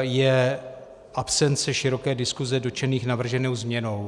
je absence široké diskuse dotčených navrženou změnou.